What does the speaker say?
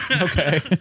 Okay